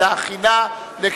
נא להצביע.